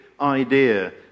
idea